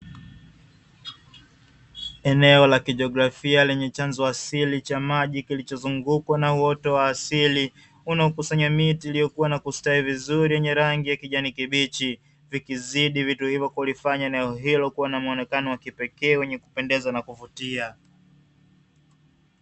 Eneo la kijiografia lenye chanzo asili cha maji kilichozungukwa na uoto wa asili, unaokusanya miti iliyokua na kustawi vizuri yenye rangi ya kijani kibichi, vikizidi vitu hivyo kulifanya eneo hilo kuwa na muonekano wa kipekee wenye kupendeza na kuvutia.